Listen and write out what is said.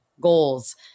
goals